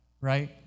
right